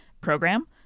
program